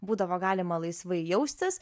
būdavo galima laisvai jaustis